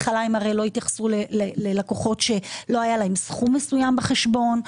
בהתחלה הרי הם לא התייחסו ללקוחות שלא היה להם סכום מסוים בחשבון.